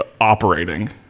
operating